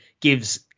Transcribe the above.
gives